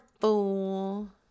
fool